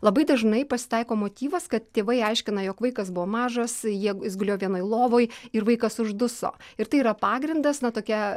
labai dažnai pasitaiko motyvas kad tėvai aiškina jog vaikas buvo mažas jie jis gulėjo vienoj lovoj ir vaikas užduso ir tai yra pagrindas na tokia